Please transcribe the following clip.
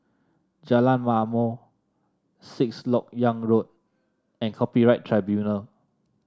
Jalan Ma'mor Sixth LoK Yang Road and Copyright Tribunal